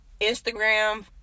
Instagram